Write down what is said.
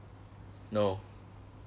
no